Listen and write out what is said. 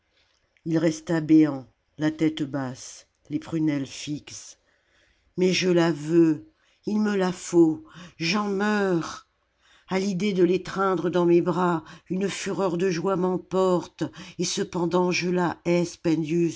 ii resta béant la tête basse les prunelles fixes mais je la veux il me la faut j'en meurs a fidée de l'étreindre dans mes bras une fureur de joie m'emporte et cependant